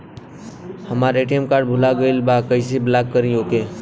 हमार ATM card भूला गईल बा कईसे ब्लॉक करी ओके?